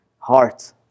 Heart